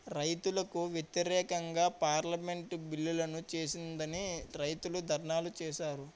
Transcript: రైతులకు వ్యతిరేకంగా పార్లమెంటు బిల్లులను చేసిందని రైతులు ధర్నాలు చేశారు